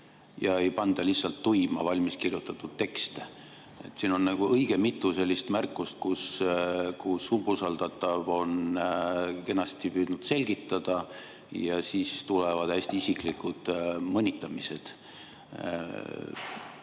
ja ei panda lihtsalt tuima valmiskirjutatud teksti. Siin on olnud õige mitu sellist märkust, kus umbusaldatav on kenasti püüdnud selgitada ja siis tulevad hästi isiklikud mõnitamised.